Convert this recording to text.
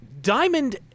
Diamond